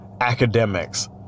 Academics